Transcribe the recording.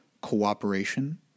cooperation